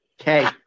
Okay